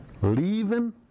leaving